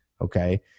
Okay